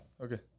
Okay